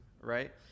right